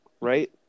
right